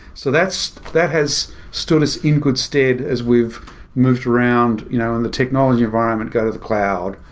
so that's that has stood as in good stead as we've moved around you know and the technology environment go to the cloud,